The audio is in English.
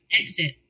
exit